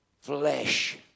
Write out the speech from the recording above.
flesh